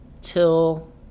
till